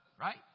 right